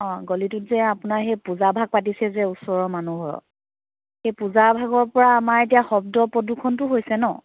অ গলিটোত যে আপোনাৰ সেই পূজাভাগ পাতিছে যে ওচৰৰ মানুহ ঘৰৰ সেই পূজাভাগৰ পৰা আমাৰ এতিয়া শব্দ প্ৰদূষণটো হৈছে ন'